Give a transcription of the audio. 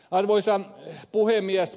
arvoisa puhemies